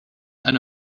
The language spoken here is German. eine